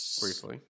briefly